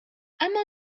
اما